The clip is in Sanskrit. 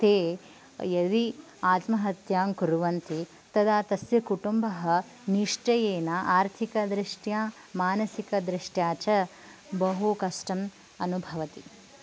ते यदि आत्महत्यां कुर्वन्ति तदा तस्य कुटुम्बः निश्चयेन आर्थिकदृष्ट्या मानसिकदृष्ट्या च बहु कष्टम् अनुभवति